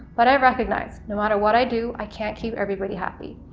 but i recognize no matter what i do i can't keep everybody happy.